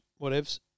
Whatevs